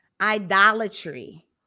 idolatry